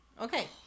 okay